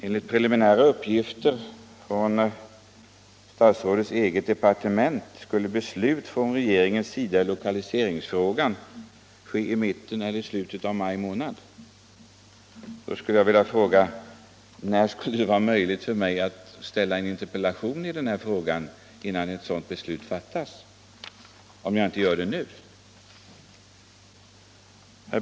Enligt preliminära uppgifter från statsrådets eget departement skulle regeringen fatta beslut i lokaliseringsfrågan i mitten eller slutet av maj månad. Jag skulle då vilja fråga: När skulle det ha varit möjligt för mig att framställa en interpellation innan ett sådant beslut fattas, om jag inte hade gjort det nu?